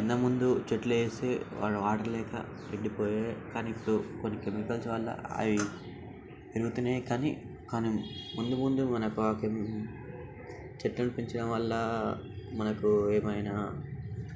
ఇంతకు ముందు చెట్లు వేస్తే వాడ వాటర్ లేక ఎండిపోయాయి కానీ ఇప్పుడు కొన్ని కెమికల్స్ వల్ల అవి పెరుగుతున్నాయి కానీ కానీ ముందు ముందు మనకు ఆ కెమ్ చెట్లను పెంచడం వల్ల మనకు ఏమైనా